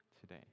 today